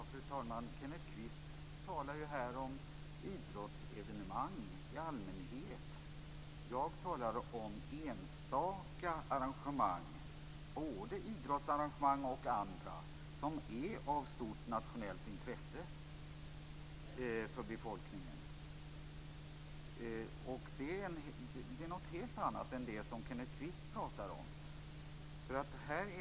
Fru talman! Kenneth Kvist talar här om idrottsevenemang i allmänhet. Jag talar om enstaka arrangemang, idrottsevenemang och andra, som är av stort nationellt intresse för befolkningen. Det är något helt annat än det som Kenneth Kvist pratar om.